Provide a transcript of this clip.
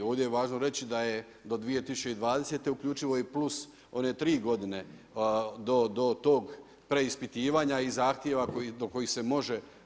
Ovdje je važno reći da je 2020. uključivo i plus one 3 godine do tog preispitivanja i zahtjeva do kojih se može.